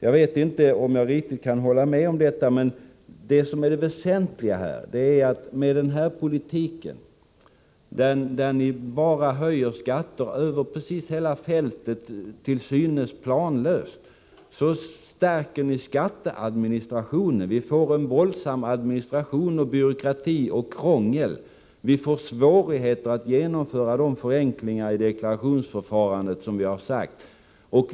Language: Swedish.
Jag vet alltså inte om jag riktigt kan hålla med Rune Carlstein, men det väsentliga är att med den här politiken, där ni bara höjer skatter över precis hela fältet, till synes planlöst, ökar ni skatteadministrationen. Vi får en våldsam byråkrati och administration, och vi får mycket krångel, så att det blir svårare att genomföra de förenklingar av deklarationsförfarandet som vi har utlovat.